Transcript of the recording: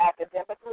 academically